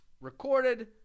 recorded